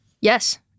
Yes